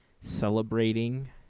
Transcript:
celebrating